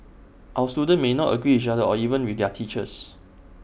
our students may not agree with each other or even with their teachers